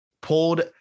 pulled